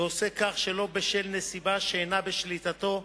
ועושה כך שלא בשל נסיבה שאינה בשליטתו.